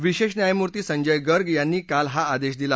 विशेष न्यायमूर्ती संजय गर्ग यांनी काल हा आदेश दिला